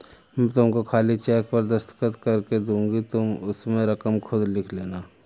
मैं तुमको खाली चेक पर दस्तखत करके दूँगी तुम उसमें रकम खुद लिख लेना